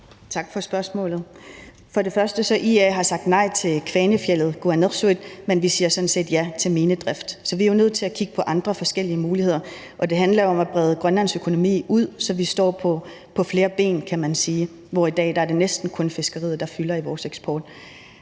vil jeg sige, at IA har sagt nej til Kvanefjeldet, Kuannersuit, men vi siger sådan set ja til minedrift. Så vi er nødt til at kigge på forskellige andre muligheder, og det handler jo om at brede Grønlands økonomi ud, så vi står på flere ben, kan man sige, hvor det i dag næsten kun er fiskeriet, der fylder i vores eksport.